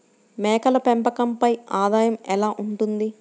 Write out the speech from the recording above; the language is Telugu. మేకల పెంపకంపై ఆదాయం ఎలా ఉంటుంది?